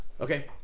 Okay